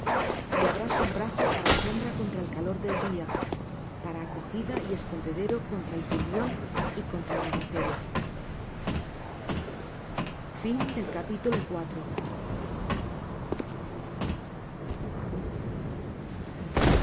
y habrá sombrajo para sombra contra el calor del día para acogida y escondedero contra el turbión y contra el aguacero